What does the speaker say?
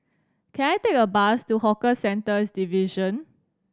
can I take a bus to Hawker Centres Division